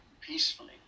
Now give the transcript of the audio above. peacefully